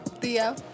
Theo